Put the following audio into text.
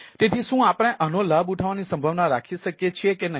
તેથી શું આપણે આનો લાભ ઉઠાવવાની સંભાવના રાખી શકીએ છીએ કે નહીં